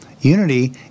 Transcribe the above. Unity